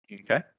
Okay